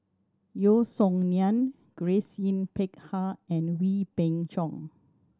Yeo Song Nian Grace Yin Peck Ha and Wee Beng Chong